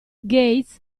gates